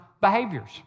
behaviors